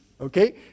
okay